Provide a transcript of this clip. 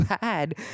bad